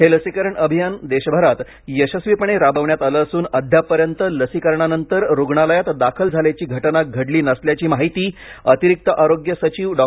हे लसीकरण अभियान देशभरात यशस्वीपणे राबविण्यात आले असून अद्यापपर्यंत लसीकरणानंतर रुग्णालयात दाखल झाल्याची घटना घडली नसल्याची माहिती अतिरिक्त आरोग्य सचिव डॉ